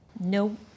No